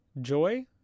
Joy